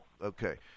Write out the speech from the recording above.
Okay